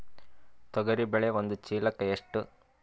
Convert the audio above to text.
ತೊಗರಿ ಬೇಳೆ ಒಂದು ಚೀಲಕ ಎಷ್ಟು?